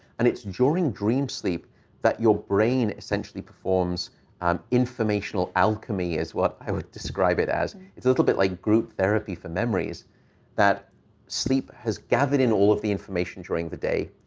and it's during dream sleep that your brain essentially performs um informational alchemy, is what i would describe it as. it's a little bit like group therapy for memories that sleep has gathered in all of the information during the day.